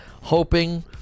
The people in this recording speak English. Hoping